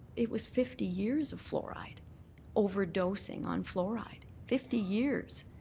it was fifty years of fluoride overdosing on fluoride. fifty years.